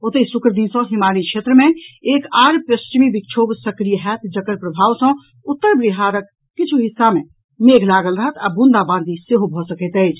ओतहि शुक्र दिन सॅ हिमालयी क्षेत्र मे एक आओर पश्चिमी विक्षोभ सक्रिय होयत जकर प्रभाव सॅ उत्तर बिहारक किछु हिस्सा मे मेघ लागल रहत आ बूंदाबांदी सेहो भऽ सकैत अछि